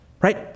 right